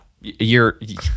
you're-